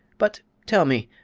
but, tell me,